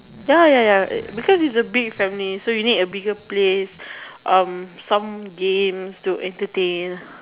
ya ya ya because is a big family so you need a bigger place um some games to entertain